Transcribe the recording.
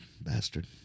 Bastard